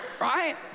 Right